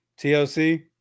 TLC